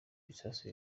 bisasu